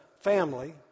family